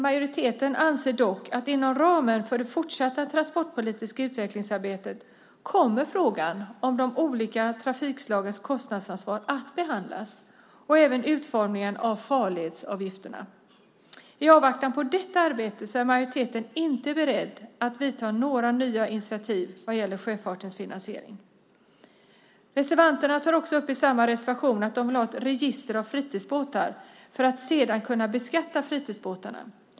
Majoriteten menar dock att frågan om de olika trafikslagens kostnadsansvar och även utformningen av farledsavgifterna kommer att behandlas inom ramen för det fortsatta transportpolitiska utvecklingsarbetet. I avvaktan på detta arbete är majoriteten inte beredd att ta några nya initiativ vad gäller sjöfartens finansiering. Reservanterna tar i samma reservation också upp att de vill ha ett register för fritidsbåtar för att sedan kunna beskatta fritidsbåtarna.